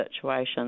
situations